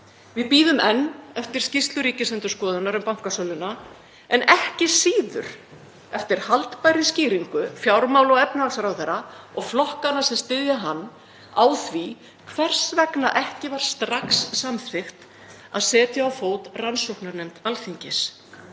Við bíðum enn eftir skýrslu Ríkisendurskoðunar um bankasöluna en ekki síður eftir haldbærri skýringu fjármála- og efnahagsráðherra og flokkanna sem styðja hann á því hvers vegna ekki var strax samþykkt að setja á fót rannsóknarnefnd Alþingis.